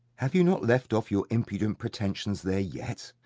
have you not left off your impudent pretensions there yet?